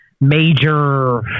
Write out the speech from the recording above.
major